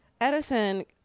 Edison